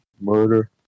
murder